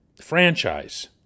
franchise